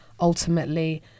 ultimately